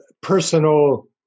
personal